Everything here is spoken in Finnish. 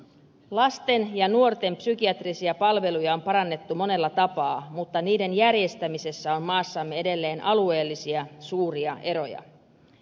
lasten ja nuorten psykiatrisia palveluja on parannettu monella tapaa mutta niiden järjestämisessä on maassamme edelleen suuria alueellisia eroja